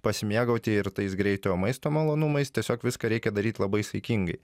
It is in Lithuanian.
pasimėgauti ir tais greitojo maisto malonumais tiesiog viską reikia daryt labai saikingai